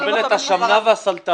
היא מקבלת את השמנה והסלתה,